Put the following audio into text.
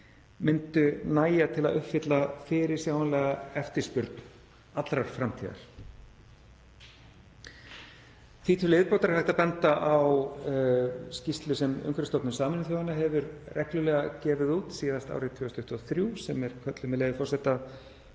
myndu nægja til að uppfylla fyrirsjáanlega eftirspurn til allrar framtíðar. Því til viðbótar er hægt að benda á skýrslu sem Umhverfisstofnun Sameinuðu þjóðanna hefur reglulega gefið út, síðast árið 2023, sem er kölluð, með leyfi forseta,